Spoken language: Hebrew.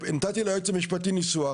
נתתי ליועץ המשפטי ניסוח,